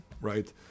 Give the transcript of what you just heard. right